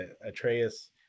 Atreus